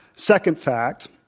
second fact,